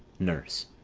nurse.